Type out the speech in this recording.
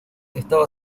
estaba